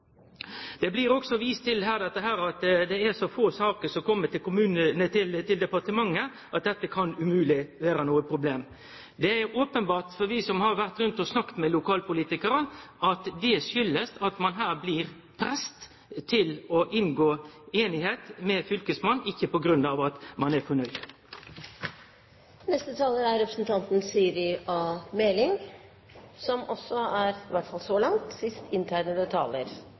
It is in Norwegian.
Det blir også vist til at det er så få saker som kjem til departementet, at dette umogleg kan vere noko problem. Det er openbert for oss som har vore rundt, og som har snakka med lokalpolitikarane, at det kjem av at ein her blir pressa til å inngå einigheit med fylkesmannen – ikkje på grunn av at ein er fornøgd. Alle kommer fra en plass, sa representanten